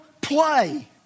play